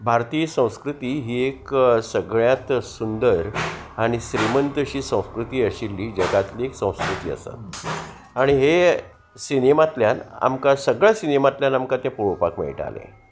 भारतीय संस्कृती ही एक सगळ्यांत सुंदर आनी श्रीमंतशी संस्कृती आशिल्ली जगांतली संस्कृती आसा आनी हे सिनेमातल्यान आमकां सगळ्या सिनेमातल्यान आमकां तें पळोवपाक मेळटालें